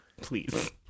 please